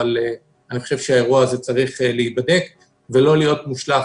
אבל אני חושב שהאירוע הזה צריך להיבדק ולא להיות מושלך